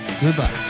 Goodbye